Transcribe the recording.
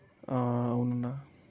అవునన్నా